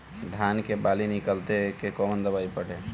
धान के बाली निकलते के कवन दवाई पढ़े?